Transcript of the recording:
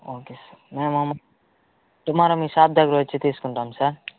okay sir మేము tomorrow మీ shop దగ్గరొచ్చి తీసుకుంటాం సార్